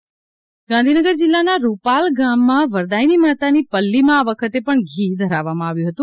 વરદાયીની પલ્લી ગાંધીનગર જિલ્લાના રૂપાલ ગામમાં વરદાયિની માતાની પલ્લીમાં આ વખતે પણ ઘી ધરાવવામાં આવ્યું હતું